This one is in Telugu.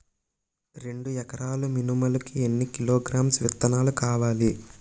రెండు ఎకరాల మినుములు కి ఎన్ని కిలోగ్రామ్స్ విత్తనాలు కావలి?